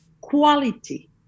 quality